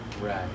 Right